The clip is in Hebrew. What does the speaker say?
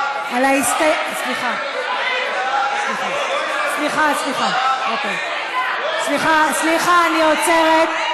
סליחה, סליחה, סליחה, אני עוצרת.